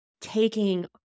taking